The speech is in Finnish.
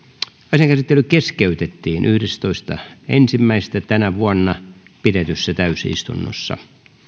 asian käsittely keskeytettiin yhdestoista ensimmäistä kaksituhattayhdeksäntoista pidetyssä täysistunnossa